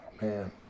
man